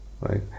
right